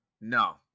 No